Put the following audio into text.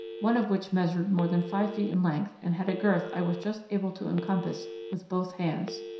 one of which measured more than five feet in length and had a girth i was just able to encompass with both hands.